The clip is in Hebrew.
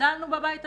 גדלנו בבית הזה,